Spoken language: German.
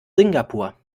singapur